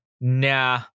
nah